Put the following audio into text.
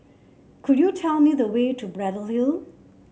could you tell me the way to Braddell Hill